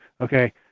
okay